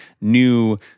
new